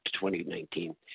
2019